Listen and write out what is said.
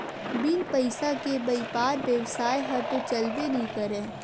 बिन पइसा के बइपार बेवसाय ह तो चलबे नइ करय